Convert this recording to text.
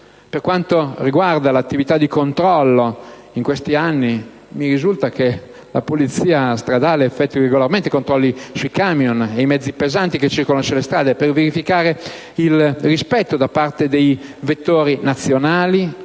Per quanto riguarda l'attività di controllo in questi ultimi anni, mi risulta che la Polizia stradale effettui regolarmente controlli sui camion e i mezzi pesanti che circolano sulle strade, per verificare il rispetto, da parte dei vettori nazionali,